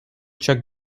check